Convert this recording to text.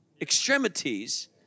extremities